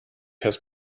has